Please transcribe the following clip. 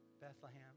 Bethlehem